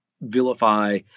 vilify